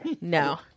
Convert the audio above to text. No